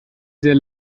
sehr